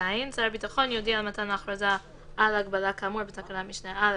(ז) שר הביטחון יודיע על מתן הכרזה על הגבלה כאמור בתקנת משנה (א)